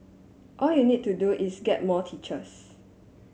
all you need to do is get more teachers